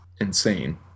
insane